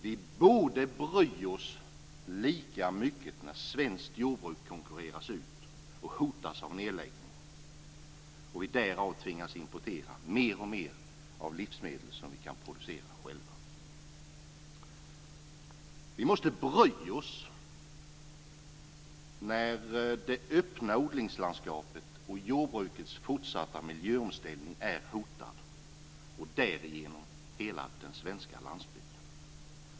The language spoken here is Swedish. Vi borde bry oss lika mycket när svenskt jordbruk konkurreras ut och hotas av nedläggning så att vi tvingas importera mer och mer av livsmedel som vi själva kan producera. Vi måste bry oss när det öppna odlingslandskapet och jordbrukets fortsatta miljöomställning är hotade och därigenom hela den svenska landsbygden.